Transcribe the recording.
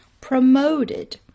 promoted